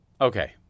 Okay